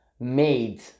made